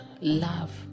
love